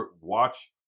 Watch